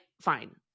fine